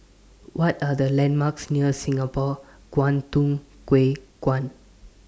What Are The landmarks near Singapore Kwangtung Hui Kuan